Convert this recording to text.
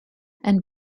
and